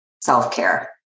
self-care